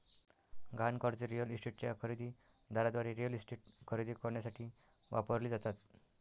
गहाण कर्जे रिअल इस्टेटच्या खरेदी दाराद्वारे रिअल इस्टेट खरेदी करण्यासाठी वापरली जातात